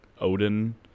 Odin